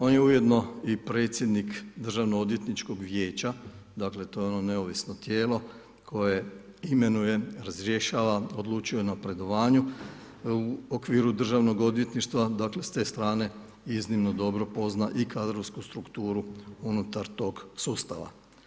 On je ujedno i predsjednik državno odvjetničkog vijeća, dakle to je ono neovisno tijelo koje imenuje, razrješava, odlučuje o napredovanju u okviru Državnog odvjetništva, dakle s te strane iznimno dobro pozna i kadrovsku strukturu unutar tog sustava.